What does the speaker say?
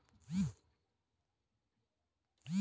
सुमँगला योजना केकरा खातिर ह?